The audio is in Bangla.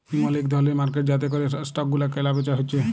ইমল ইক ধরলের মার্কেট যাতে ক্যরে স্টক গুলা ক্যালা বেচা হচ্যে